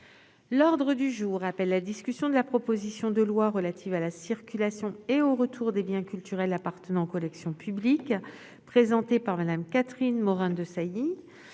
l'éducation et de la communication, de la proposition de loi relative à la circulation et au retour des biens culturels appartenant aux collections publiques, présentée par Mme Catherine Morin-Desailly,